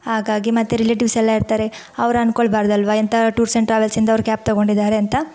ಹಾಗಾಗಿ ಮತ್ತು ರಿಲೇಟಿವ್ಸೆಲ್ಲ ಇರ್ತಾರೆ ಅವ್ರು ಅನ್ಕೊಳ್ಬಾರ್ದಲ್ವಾ ಎಂಥ ಟೂರ್ಸ್ ಆ್ಯಂಡ್ ಟ್ರಾವೆಲ್ಸಿಂದ ಅವ್ರು ಕ್ಯಾಬ್ ತೊಗೊಂಡಿದ್ದಾರೆ ಅಂತ